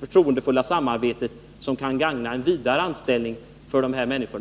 förtroendefulla samarbete som kan gagna en vidare anställning för de här människorna?